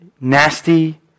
nasty